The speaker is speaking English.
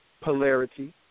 polarity